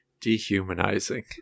dehumanizing